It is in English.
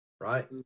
right